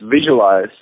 visualize